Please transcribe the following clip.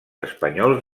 espanyols